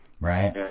Right